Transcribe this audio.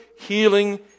healing